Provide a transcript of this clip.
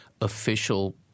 official